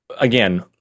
again